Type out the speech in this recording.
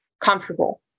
comfortable